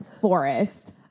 forest